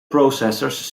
processors